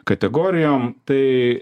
kategorijom tai